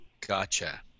Gotcha